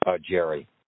Jerry